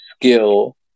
skill